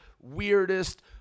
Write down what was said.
weirdest